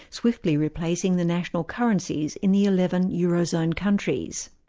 swiftly replacing the national currencies in the eleven eurozone countries.